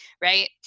right